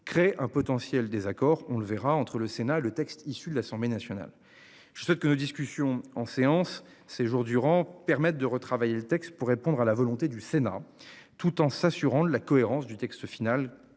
crée un potentiel désaccord, on le verra entre le Sénat, le texte issu de l'Assemblée nationale. Je souhaite que une discussion en séance ces jours durant permettent de retravailler le texte pour répondre à la volonté du Sénat, tout en s'assurant de la cohérence du texte final